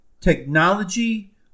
technology